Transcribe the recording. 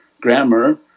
grammar